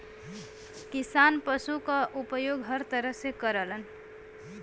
किसान पसु क उपयोग हर तरह से करलन